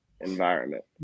environment